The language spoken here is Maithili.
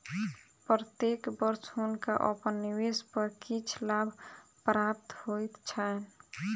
प्रत्येक वर्ष हुनका अपन निवेश पर किछ लाभ प्राप्त होइत छैन